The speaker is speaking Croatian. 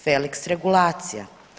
Felix Regulacija.